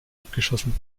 abgeschossen